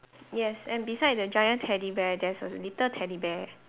yes and beside the giant teddy bear there's a little teddy bear